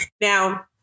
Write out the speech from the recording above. Now